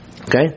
Okay